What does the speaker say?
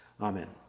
Amen